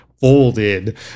folded